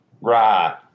Right